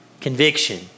conviction